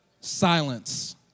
silence